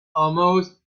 almost